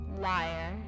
Liar